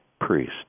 priest